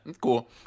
cool